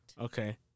Okay